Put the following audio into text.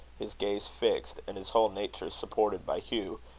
his gaze fixed, and his whole nature supported by hugh,